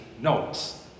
notes